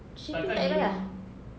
shipping tak payah bayar